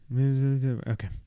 Okay